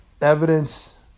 evidence